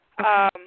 Okay